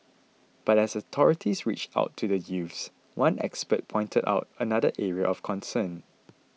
but as authorities reach out to the youths one expert pointed out another area of concern